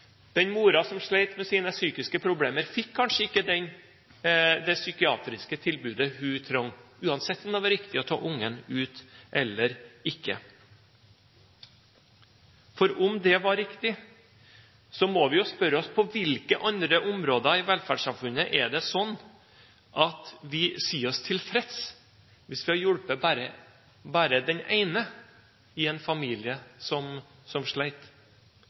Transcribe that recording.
Den moren som slet med psykiske problemer, fikk kanskje ikke det psykiatriske tilbudet hun trengte, uansett om det var riktig å ta ungen ut eller ikke. For om det var riktig, må vi jo spørre oss: På hvilke andre områder i velferdssamfunnet er det sånn at vi sier oss tilfreds hvis vi bare har hjulpet den ene i en familie som